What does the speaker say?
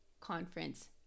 conference